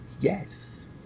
Yes